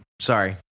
sorry